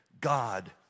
God